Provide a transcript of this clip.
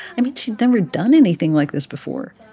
i mean, she'd never done anything like this before.